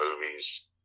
movies